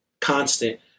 constant